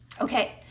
Okay